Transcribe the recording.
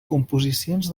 composicions